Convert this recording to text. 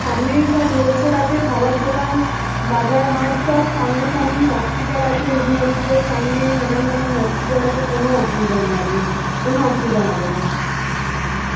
সামনেই সব রোড ফোড আছে খাবার দোকান বাজার হাট সব সামনা সামনি হসপিটাল আছে রুবি হসপিটাল সামনে নানান রকম হসপিটাল আছে কোনো অসুবিধা নেই আপনার কোনো অসুবিধা হবে না